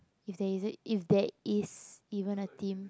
is there is it is there is even a team